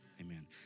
Amen